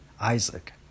Isaac